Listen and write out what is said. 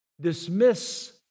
dismiss